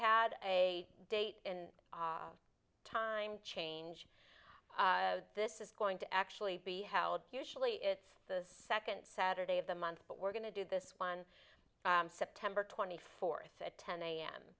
had a date and time change this is going to actually be how usually it's the second saturday of the month but we're going to do this on september twenty fourth at ten a